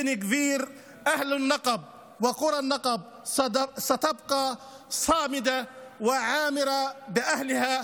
בן גביר: אנשי הנגב וכפרי הנגב יישארו איתנים וחזקים באנשיהם.